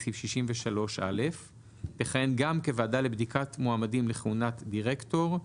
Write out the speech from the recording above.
סעיף 63א תכהן גם כוועדה לבדיקת מועמדים לכהונת דירקטור,